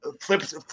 Flips